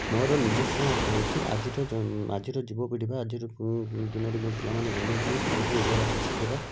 ମୋର ନିଜସ୍ୱ ମତ ହେଉଛି ଆଜିର ଆଜିର ଯୁବପିଢ଼ୀ ବା ଆଜିର ଦିନରେ ଯେଉଁ ପିଲାମାନେ ଜନ୍ମ ହେଉଛନ୍ତି ସେମାନଙ୍କୁ ଓଡ଼ିଆ ଭାଷା ଶିଖାଇବା